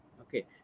Okay